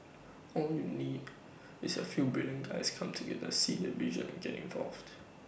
all you need is A few brilliant guys come together see the vision and get involved